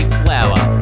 flower